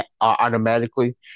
automatically